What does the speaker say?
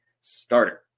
starter